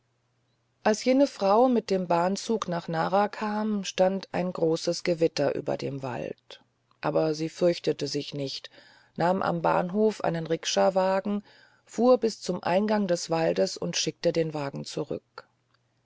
als jene frau mit dem bahnzug nach nara kam stand ein großes gewitter über dem wald aber sie fürchtete sich nicht nahm am bahnhof einen rikschawagen fuhr bis zum eingang des waldes und schickte den wagen zurück